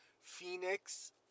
Phoenix